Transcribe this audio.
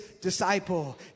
disciple